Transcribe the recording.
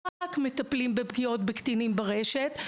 רק מטפלים בפגיעות בקטינים ברשת,